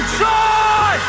joy